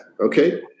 okay